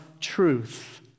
truth